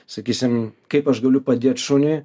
sakysim kaip aš galiu padėt šuniui